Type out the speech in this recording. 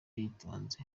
yitonze